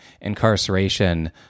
incarceration